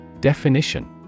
Definition